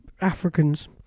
Africans